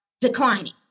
declining